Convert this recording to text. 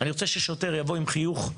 אני רוצה ששוטר יבוא עם חיוך,